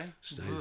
stay